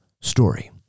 story